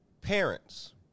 Parents